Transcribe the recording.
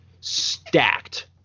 stacked